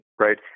Right